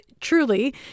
truly